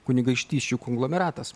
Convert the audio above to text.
kunigaikštysčių konglomeratas